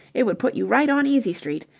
it would put you right on easy street.